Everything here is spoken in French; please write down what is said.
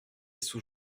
sous